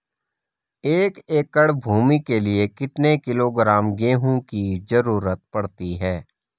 एक एकड़ भूमि के लिए कितने किलोग्राम गेहूँ की जरूरत पड़ती है?